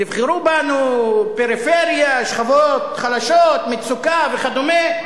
תבחרו בנו, פריפריה, שכבות חלשות, מצוקה וכדומה.